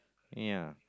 ya